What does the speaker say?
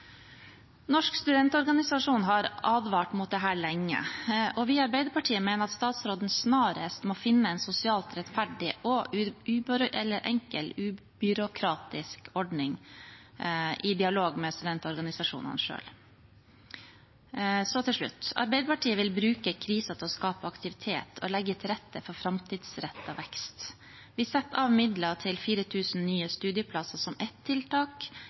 Norsk studentorganisasjon har advart mot dette lenge, og vi i Arbeiderpartiet mener at statsråden snarest må finne en sosialt rettferdig og enkel, ubyråkratisk ordning i dialog med studentorganisasjonene selv. Så til slutt: Arbeiderpartiet vil bruke krisen til å skape aktivitet og legge til rette for framtidsrettet vekst. Vi setter av midler til 4 000 nye studieplasser som ett tiltak.